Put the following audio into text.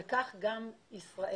וכך גם ישראל.